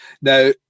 Now